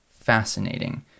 fascinating